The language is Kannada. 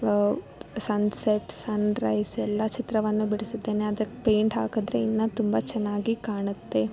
ಸನ್ಸೆಟ್ ಸನ್ರೈಸ್ ಎಲ್ಲ ಚಿತ್ರವನ್ನು ಬಿಡಿಸಿದ್ದೇನೆ ಅದಕ್ಕೆ ಪೇಯಿಂಟ್ ಹಾಕಿದ್ರೆ ಇನ್ನ ತುಂಬ ಚೆನ್ನಾಗಿ ಕಾಣುತ್ತೆ